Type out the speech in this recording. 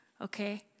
okay